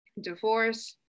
divorce